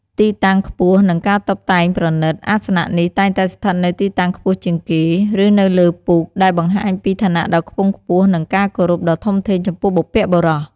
ទីតាំងខ្ពស់និងការតុបតែងប្រណិត អាសនៈនេះតែងតែស្ថិតនៅទីតាំងខ្ពស់ជាងគេ ឬនៅលើពូក ដែលបង្ហាញពីឋានៈដ៏ខ្ពង់ខ្ពស់ និងការគោរពដ៏ធំធេងចំពោះបុព្វបុរស។